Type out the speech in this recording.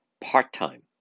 part-time